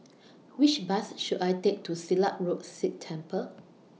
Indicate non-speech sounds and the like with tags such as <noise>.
<noise> Which Bus should I Take to Silat Road Sikh Temple